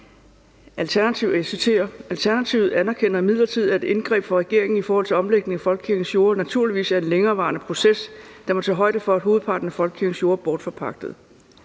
»Alternativet anerkender imidlertid, at et indgreb fra regeringen i forhold til omlægningen af folkekirkens jorde naturligvis er en længerevarende proces, der må tage højde for, at hovedparten af folkekirkens jorde er bortforpagtede.«